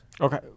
Okay